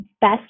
best